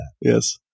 Yes